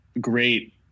great